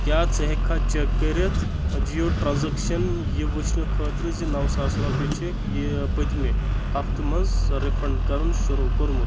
کیٛاہ ژٕ ہٮ۪کھا چیک کٔرِتھ اَجِیو ٹرانزیکشن یہِ ؤچھنہٕ خٲطرٕ زِ نَو ساس رۄپیہِ چھِکھٕ پٔتمہِ ہفتہٕ منٛز رِفنڈ کرُن شروٗع کوٚرمُت